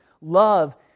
love